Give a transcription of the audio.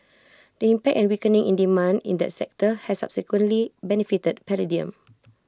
the impact and weakening in demand in that sector has subsequently benefited palladium